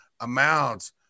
amounts